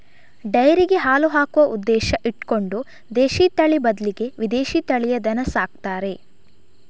ಡೈರಿಗೆ ಹಾಲು ಹಾಕುವ ಉದ್ದೇಶ ಇಟ್ಕೊಂಡು ದೇಶೀ ತಳಿ ಬದ್ಲಿಗೆ ವಿದೇಶೀ ತಳಿಯ ದನ ಸಾಕ್ತಾರೆ